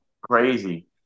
crazy